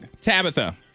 Tabitha